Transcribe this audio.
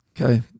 Okay